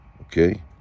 okay